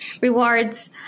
rewards